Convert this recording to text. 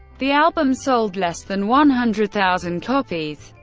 the album sold less than one hundred thousand copies.